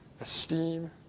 Esteem